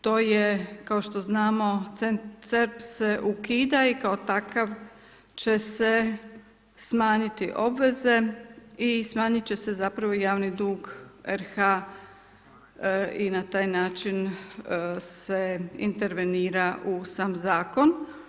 To je kao što znamo … se ukida i kao takav će se smanjiti obveze i smanjiti će se zapravo javni dug RH i na taj način se intervenira u sam zakon.